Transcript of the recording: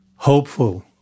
Hopeful